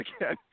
again